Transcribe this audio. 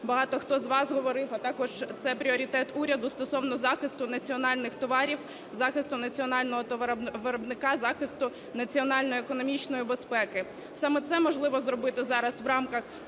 багато хто з вас говорив, а також це пріоритет уряду, стосовно захисту національних товарів, захисту національного товаровиробника, захисту національної економічної безпеки. Саме це можливо зробити зараз в рамках